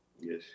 Yes